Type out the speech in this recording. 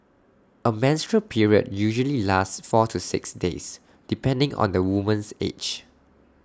A menstrual period usually lasts four to six days depending on the woman's age